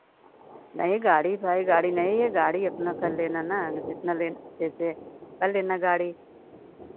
नहीं गाड़ी भाई गाड़ी नहीं है गाड़ी अपना कर लेना ना जितना लेना जैसे कर लेना गाड़ी